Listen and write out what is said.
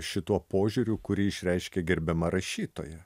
šituo požiūriu kurį išreiškia gerbiama rašytoja